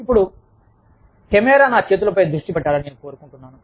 ఇప్పుడు కెమెరా నా చేతులపై దృష్టి పెట్టాలని నేను కోరుకుంటున్నాను